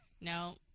No